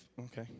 Okay